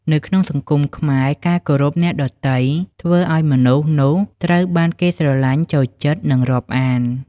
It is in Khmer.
នៅក្នុងសង្គមខ្មែរ ការគោរពអ្នកដទៃធ្វើឲ្យមនុស្សនោះត្រូវបានគេស្រឡាញ់ចូលចិត្ត និងរាប់អាន។